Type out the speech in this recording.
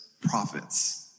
prophets